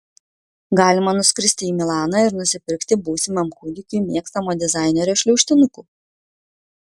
galima nuskristi į milaną ir nusipirkti būsimam kūdikiui mėgstamo dizainerio šliaužtinukų